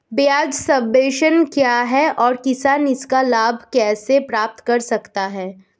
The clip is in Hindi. ब्याज सबवेंशन क्या है और किसान इसका लाभ कैसे प्राप्त कर सकता है?